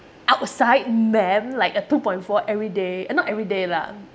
outside ma'am like a two point four every day eh not every day lah